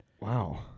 Wow